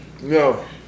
No